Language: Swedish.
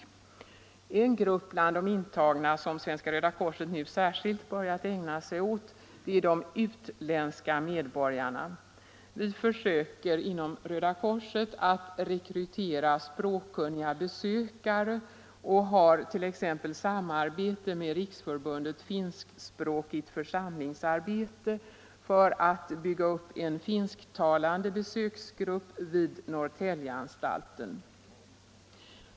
21 En grupp bland de intagna som Svenska röda korset nu särskilt börjat ägna sig åt är de utländska medborgarna. Vi försöker inom Röda korset att rekrytera språkkunniga besökare och har t.ex. samarbete med Riksförbundet Finspråkigt församlingsarbete för att bygga upp en finsktalande besöksgrupp vid Norrtäljeanstalten.